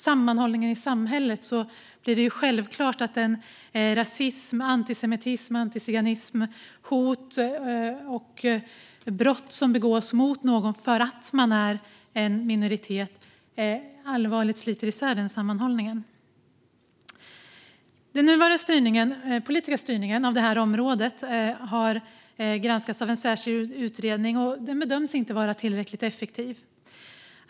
Det är självklart att rasism, antisemitism och antiziganism samt hot och brott som begås mot någon för att den tillhör en minoritet allvarligt sliter isär sammanhållningen i samhället. Den nuvarande politiska styrningen av detta område har granskats av en särskild utredning och har inte bedömts vara tillräckligt effektiv.